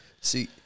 See